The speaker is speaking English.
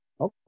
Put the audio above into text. Okay